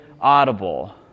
audible